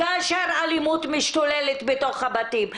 כאשר אלימות משתוללת בתוך הבתים.